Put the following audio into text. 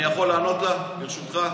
אני יכול לענות לה, ברשותך?